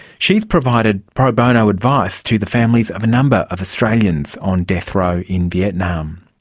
she's provided pro bono advice to the families of a number of australians on death row in vietnam.